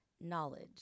knowledge